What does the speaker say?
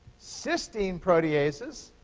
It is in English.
cystine proteases